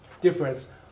difference